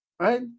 right